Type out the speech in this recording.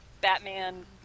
Batman